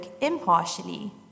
impartially